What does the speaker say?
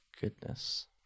Goodness